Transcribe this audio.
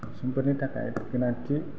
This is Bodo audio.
सुबुंफोरनि थाखाय गोनांथि